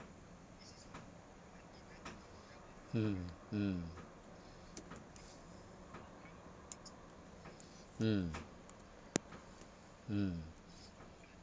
mm mm mm mm